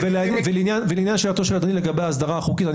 ולעניין שאלתו של אדוני לגבי ההסדרה החוקית,